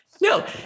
No